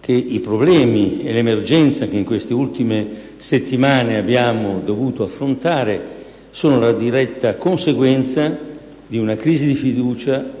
che i problemi e le emergenze che in queste ultime settimane abbiamo dovuto affrontare sono la diretta conseguenza di una crisi di fiducia